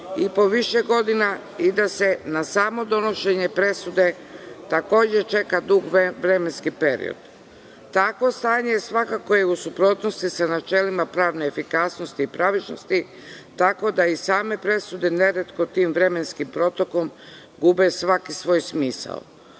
i po više godina, i da se na samo donošenje presude čeka dug vremenski period. Takvo stanje svakako je u suprotnosti sa načelima pravne efikasnosti i pravičnosti, tako da i same presude neretko tim vremenskim protokom gube svaki svoj smisao. Stoga